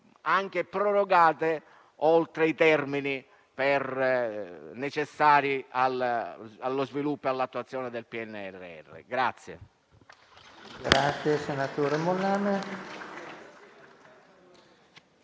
vengano prorogate oltre i termini necessari allo sviluppo e all'attuazione del PNRR.